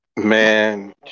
Man